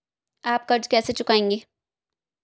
आप कर्ज कैसे चुकाएंगे?